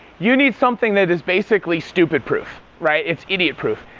you need something that is basically stupid-proof. right? it's idiot-proof.